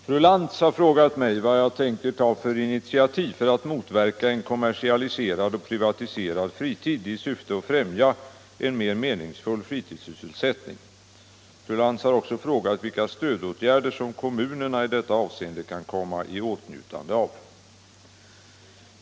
Herr talman! Fru Lantz har frågat mig vad jag tänker ta för initiativ för att motverka en kommersialiserad och privatiserad fritid i syfte att främja en mer meningsfull fritidssysselsättning. Fru Lantz har också frågat vilka stödåtgärder som kommunerna i detta avseende kan komma i åtnjutande av.